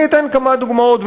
אני אתן כמה דוגמאות,